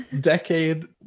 decade